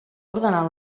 ordenar